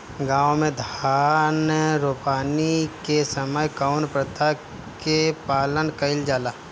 गाँव मे धान रोपनी के समय कउन प्रथा के पालन कइल जाला?